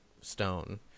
stone